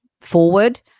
forward